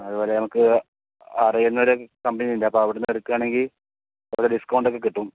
അതുപോലെ നമുക്ക് അറിയുന്ന ഒരു കമ്പനിയുണ്ട് അപ്പോൾ അവിടുന്നെടുക്കുകയാണെങ്കിൽ കുറച്ച് ഡിസ്കൗണ്ട് ഒക്കെ കിട്ടും